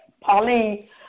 Pauline